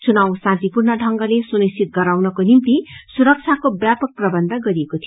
चुनाव शान्तिपूर्ण ढ़ंगले सुनिश्चित गराउनको निम्ति सुरक्षको व्यापक प्रबन्ध गरिएको छ